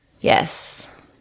Yes